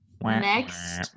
Next